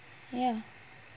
ya